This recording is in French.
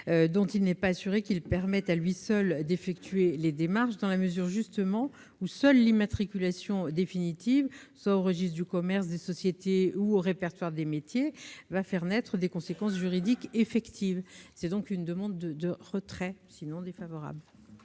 dont il n'est pas assuré qu'il permette à lui seul d'effectuer des démarches, dans la mesure justement où seule l'immatriculation définitive, par exemple au registre du commerce et des sociétés ou au répertoire des métiers, fait naître des conséquences juridiques effectives. Je demande donc le retrait de